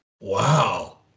Wow